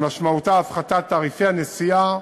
שמשמעותה הפחתת תעריפי הנסיעה